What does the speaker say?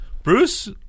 Bruce